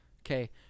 okay